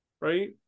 right